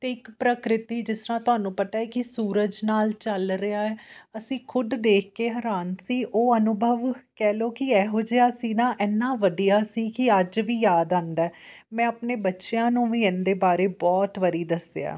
ਅਤੇ ਇੱਕ ਪ੍ਰਾਕ੍ਰਿਤੀ ਜਿਸ ਤਰ੍ਹਾਂ ਤੁਹਾਨੂੰ ਪਤਾ ਕਿ ਸੂਰਜ ਨਾਲ ਚੱਲ ਰਿਹਾ ਅਸੀਂ ਖੁਦ ਦੇਖ ਕੇ ਹੈਰਾਨ ਸੀ ਉਹ ਅਨੁਭਵ ਕਹਿ ਲਓ ਕਿ ਇਹੋ ਜਿਹਾ ਸੀ ਨਾ ਇੰਨਾ ਵਧੀਆ ਸੀ ਕਿ ਅੱਜ ਵੀ ਯਾਦ ਆਉਂਦਾ ਮੈਂ ਆਪਣੇ ਬੱਚਿਆਂ ਨੂੰ ਵੀ ਇਸਦੇ ਬਾਰੇ ਬਹੁਤ ਵਾਰੀ ਦੱਸਿਆ